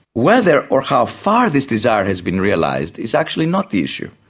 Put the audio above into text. whether or how far this desire has been realised is actually not the issue.